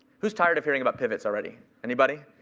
who's tired of hearing about pivots already? anybody?